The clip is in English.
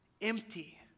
empty